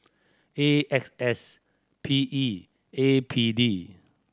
A X S P E A P D